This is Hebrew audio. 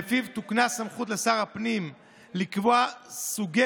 שלפיו תוקנה סמכות לשר הפנים לקבוע סוגי